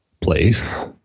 place